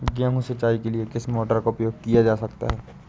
गेहूँ सिंचाई के लिए किस मोटर का उपयोग किया जा सकता है?